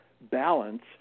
balance